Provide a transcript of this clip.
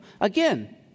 Again